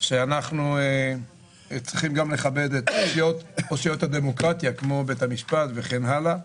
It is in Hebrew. שאנחנו צריכים גם לכבד את אושיות הדמוקרטיה כמו בית המשפט וכן הלאה.